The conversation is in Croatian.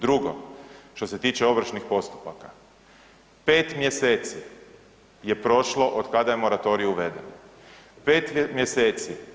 Drugo što se tiče ovršnih postupaka, 5 mjeseci je prošlo otkada je moratorij uveden, 5 mjeseci.